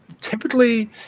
typically